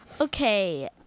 Okay